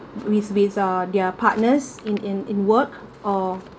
with without their partners in in in work or